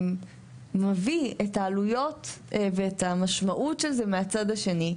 מביא את העלויות ואת המשמעות של זה מהצד השני,